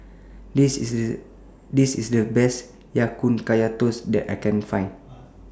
This IS The Best Ya Kun Kaya Toast that I Can Find